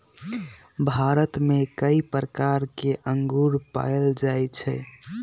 भारत में कई प्रकार के अंगूर पाएल जाई छई